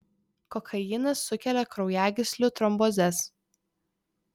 kokainas sukelia kraujagyslių trombozes